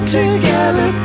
together